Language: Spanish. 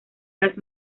las